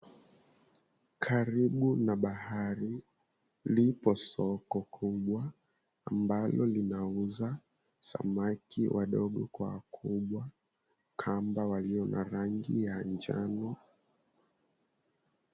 Karibu na bahari lipo soko kubwa ambalo linauza samaki wadogo Kwa wakubwa, kamba walio na rangi ya njano.